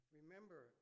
Remember